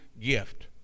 gift